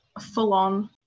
full-on